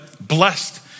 blessed